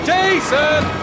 Jason